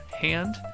hand